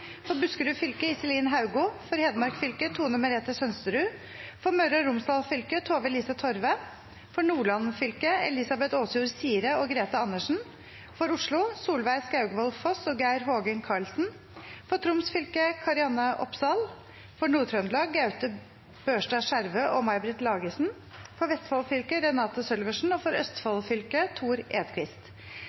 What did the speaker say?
For Buskerud fylke: Iselin Haugo For Hedmark fylke: Tone Merete Sønsterud For Møre og Romsdal fylke: Tove-Lise Torve For Nordland fylke: Elizabeth Åsjord Sire og Grethe Andersen For Oslo: Solveig Skaugvoll Foss og Geir Hågen Karlsen For Troms fylke: Kari-Anne Opsal For Nord-Trøndelag: Gaute Børstad Skjervø og May Britt Lagesen For Vestfold fylke: Renate Sølversen For Østfold fylke: